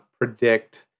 predict